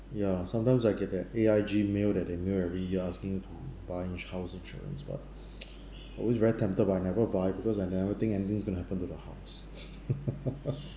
ya sometimes I get that A_I_G mail that they mail every year asking to buy in house insurance but always very tempted but I never buy because I never think anything is going to happen to the house